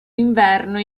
inverno